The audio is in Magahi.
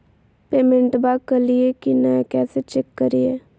पेमेंटबा कलिए की नय, कैसे चेक करिए?